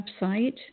website